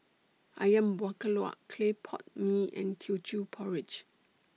Ayam Buah Keluak Clay Pot Mee and Teochew Porridge